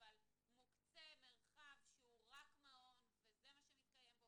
אבל מוקצה מרחב שהוא רק מעון וזה מה שמתקיים בו,